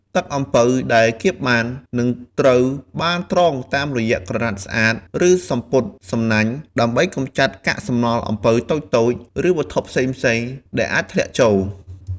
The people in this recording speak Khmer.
ទឹកអំពៅដែលកៀបបាន នឹងត្រូវបានត្រងតាមរយៈក្រណាត់ស្អាត ឬសំពត់សំណាញ់ ដើម្បីកម្ចាត់កាកសំណល់អំពៅតូចៗ ឬវត្ថុផ្សេងៗដែលអាចធ្លាក់ចូល។